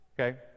Okay